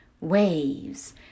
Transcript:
waves